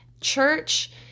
church